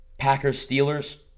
Packers-Steelers